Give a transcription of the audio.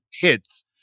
hits